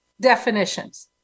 definitions